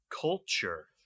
culture